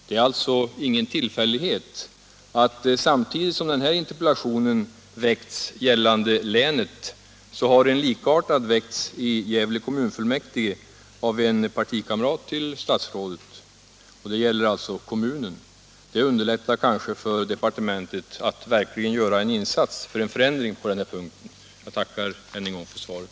Det är alltså ingen tillfällighet att samtidigt som den här interpellationen har framställts beträffande länet har en likartad framställts i Gävle kommunfullmäktige av en partikamrat till herr statsrådet beträffande kommunen. Det underlättar kanske för departementet att verkligen göra en insats för en förändring på den här punkten. Jag tackar än en gång för svaret.